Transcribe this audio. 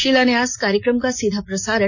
शिलान्यास कार्यक्रम का सीधा प्रसारण